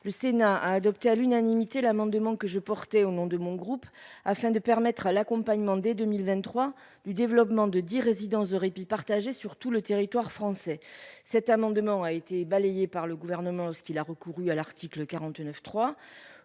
le Sénat a adopté à l'unanimité l'amendement que je portais au nom de mon groupe, afin de permettre à l'accompagnement dès 2023 du développement de 10 résidences de répit partagé sur tout le territoire français. Cet amendement a été balayée par le gouvernement ce qu'il a recouru à l'article 49.3.